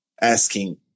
asking